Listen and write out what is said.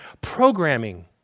programming